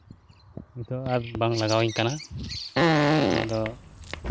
ᱱᱤᱛᱚᱜ ᱟᱨ ᱵᱟᱝ ᱞᱟᱜᱟᱣ ᱤᱧ ᱠᱟᱱᱟ ᱚᱱᱟ ᱫᱚ